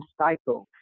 cycle